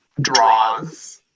draws